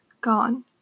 gone